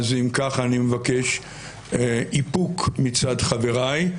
אז אם כך, אני מבקש איפוק מצד חבריי.